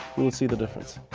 you can see the difference.